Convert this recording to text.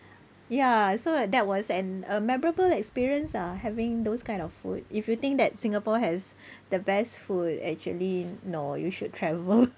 ya so that was an a memorable experience ah having those kind of food if you think that Singapore has the best food actually no you should travel